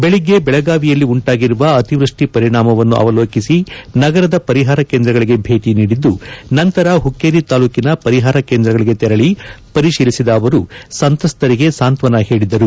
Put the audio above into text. ಬೆಳಿಗ್ಗೆ ಬೆಳಗಾವಿಯಲ್ಲಿ ಉಂಟಾಗಿರುವ ಅತಿವೃಷ್ಟಿ ಪರಿಣಾಮವನ್ನು ಅವಲೋಕಿಸಿ ನಗರದ ಪರಿಹಾರ ಕೇಂದ್ರಗಳಿಗೆ ಭೇಟಿ ನೀಡಿದ್ದು ನಂತರ ಹುಕ್ಕೇರಿ ತಾಲೂಕಿನ ಪರಿಹಾರ ಕೇಂದ್ರಗಳಿಗೆ ತೆರಳಿ ಪರಿಶೀಲಿಸಿದ ಅವರು ಸಂತ್ರಸ್ತರಿಗೆ ಸಾಂತ್ವನ ಹೇಳಿದರು